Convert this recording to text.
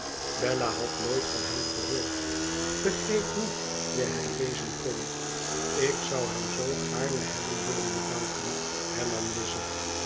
bella had nooit van hem gehoord begreep niet wie hij wezen kon ik zou hem zoo gaarne hebben willen bedanken